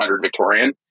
Victorian